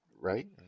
Right